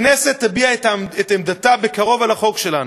הכנסת תביע את עמדתה בקרוב על החוק שלנו.